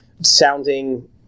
sounding